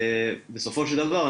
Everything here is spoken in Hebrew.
בסופו של דבר,